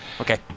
okay